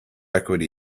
equity